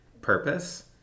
purpose